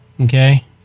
Okay